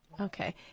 Okay